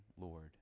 Lord